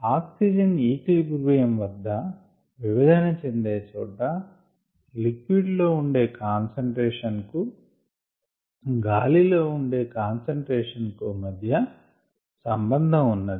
oxygen equilibrium వద్ద విభజన చెందే చోట లిక్విడ్ లో ఉండే కాన్సంట్రేషన్ కు గాలిలో ఉండే కాన్సంట్రేషన్ కు మధ్య సంబంధము ఉన్నది